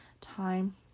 time